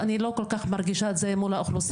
אני לא כל כך מרגישה את זה מול האוכלוסייה.